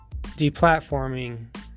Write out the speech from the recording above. deplatforming